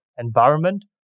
environment